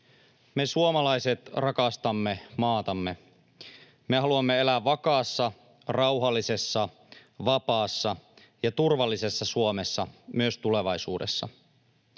Me suomalaiset rakastamme maatamme. Me haluamme elää vakaassa, rauhallisessa, vapaassa ja turvallisessa Suomessa myös tulevaisuudessa.